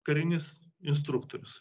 karinis instruktorius